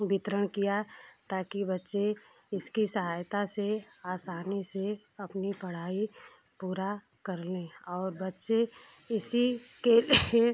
वितरण किया ताकि बच्चे इसकी सहायता से आसानी से अपनी पढ़ाई पूरा कर लें और बच्चे इसी के लिए